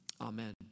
Amen